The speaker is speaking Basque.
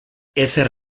ezer